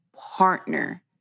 partner